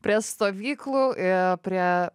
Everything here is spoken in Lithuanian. prie stovyklų i prie